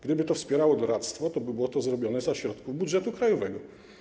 Gdyby to wspierało doradztwo, to byłoby to zrobione ze środków budżetu krajowego.